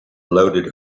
loaded